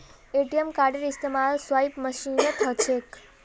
ATM कार्डेर इस्तमाल swipe मशीनत ह छेक